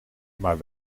maar